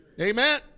Amen